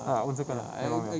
ah own circle lah ya oh ya